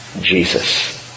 Jesus